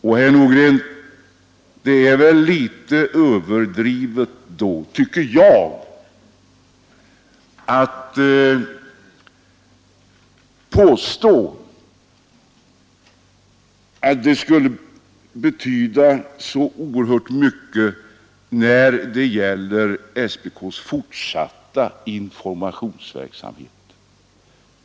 Och, herr Nordgren, då är det väl litet överdrivet att påstå att det skulle betyda så oerhört mycket när det gäller SPK:s fortsatta informationsverksamhet.